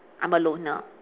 I'm a loner